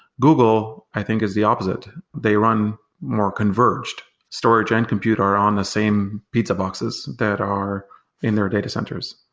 google, i think is the opposite. they run more converged. storage and computer on the same pizza boxes that are in their data centers.